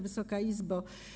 Wysoka Izbo!